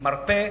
מרפא,